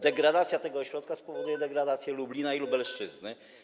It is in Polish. Degradacja tego ośrodka spowoduje degradację Lublina i Lubelszczyzny.